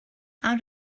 how